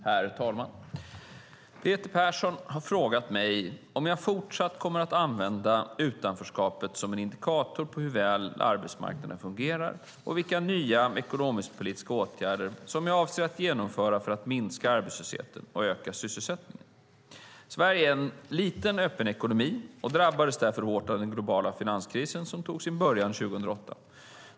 Herr talman! Peter Persson har frågat mig om jag även fortsättningsvis kommer att använda utanförskapet som en indikator på hur väl arbetsmarknaden fungerar och vilka nya ekonomisk-politiska åtgärder jag avser att genomföra för att minska arbetslösheten och öka sysselsättningsnivån. Sverige är en liten, öppen ekonomi och drabbades därför hårt av den globala finanskrisen som tog sin början 2008.